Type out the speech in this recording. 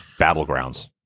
Battlegrounds